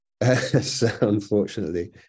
unfortunately